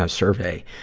ah survey.